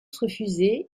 refusés